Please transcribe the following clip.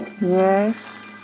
Yes